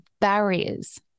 barriers